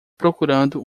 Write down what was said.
procurando